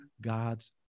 God's